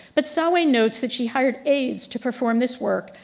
but sawin notes that she hired aids to perform this work,